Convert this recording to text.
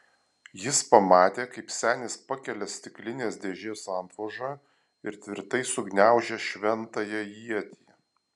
jis pamatė kaip senis pakelia stiklinės dėžės antvožą ir tvirtai sugniaužia šventąją ietį